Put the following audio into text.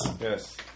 Yes